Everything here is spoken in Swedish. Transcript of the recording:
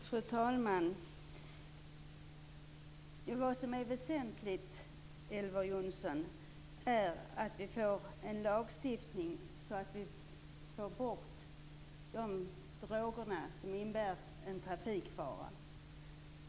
Fru talman! Det väsentliga, Elver Jonsson, är att vi får en lagstiftning som gör att vi kan få bort de droger som är en trafikfara.